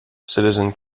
citizen